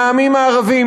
עם העמים הערביים,